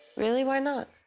really? why not?